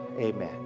Amen